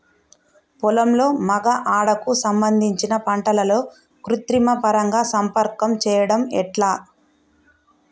పొలంలో మగ ఆడ కు సంబంధించిన పంటలలో కృత్రిమ పరంగా సంపర్కం చెయ్యడం ఎట్ల?